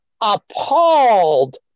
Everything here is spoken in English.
appalled